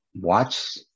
watch